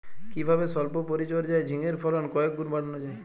কিভাবে সল্প পরিচর্যায় ঝিঙ্গের ফলন কয়েক গুণ বাড়ানো যায়?